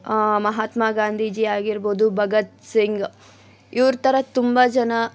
ಮಹಾತ್ಮಾ ಗಾಂಧೀಜಿ ಆಗಿರ್ಬೋದು ಭಗತ್ ಸಿಂಗ್ ಇವ್ರ ಥರ ತುಂಬ ಜನ